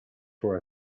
for